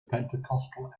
pentecostal